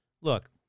Look